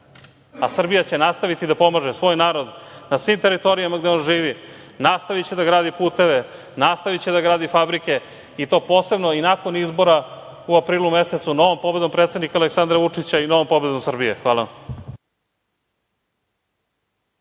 dalje. Srbija će nastaviti da pomaže svoj narod, na svim teritorijama gde on živi, nastaviće da gradi puteve, nastaviće da gradi fabrike i to posebno i nakon izbora, u aprilu mesecu, novom pobedom predsednika Aleksandra Vučića i novom pobedom Srbije. Hvala